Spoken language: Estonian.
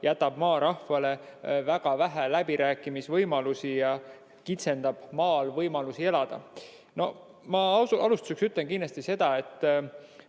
jätab maarahvale väga vähe läbirääkimisvõimalusi ja kitsendab võimalusi maal elada. No ma alustuseks ütlen kindlasti seda, et